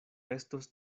estos